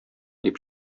дип